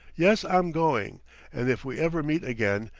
yes, i'm going and if we ever meet again,